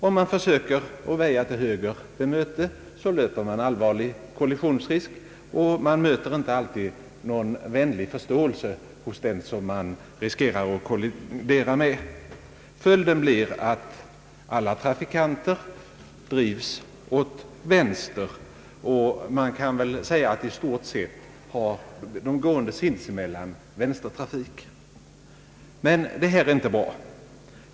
Om man försöker väja till höger vid möte löper man allvarlig kollisionsrisk, och man möter inte alltid någon vänlig förståelse hos den som man riskerar att kollidera med. Följden är att alla trafikanter drivs åt vänster. Man kan väl säga att i stort sett tillämpar de gående sinsemellan vänstertrafik. Det är inte bra.